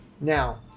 Now